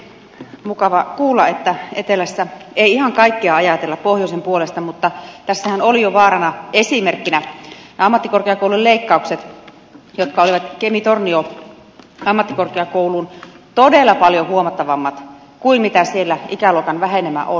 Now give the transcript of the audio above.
mukava kuulla että etelässä ei ihan kaikkea ajatella pohjoisen puolesta mutta tässähän oli jo vaarallisena esimerkkinä ammattikorkeakoulujen leikkaukset jotka olivat kemi tornion ammattikorkeakoulun kohdalla todella paljon huomattavammat kuin mitä siellä ikäluokan vähenemä on